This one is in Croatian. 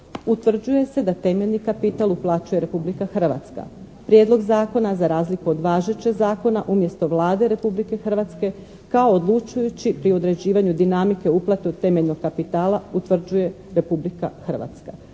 Utvrđuje se da temeljni kapital uplaćuje Republika Hrvatska. Prijedlog zakona za razliku od važećeg zakona umjesto Vlade Republike Hrvatske kao odlučujući pri određivanju dinamike, uplatu temeljnog kapitala utvrđuje Republika Hrvatske.